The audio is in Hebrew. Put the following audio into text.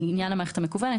לעניין המערכת המקוונת.